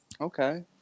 okay